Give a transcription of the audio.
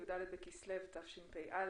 י"ד בכסלו התשפ"א,